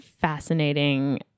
fascinating